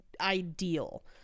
ideal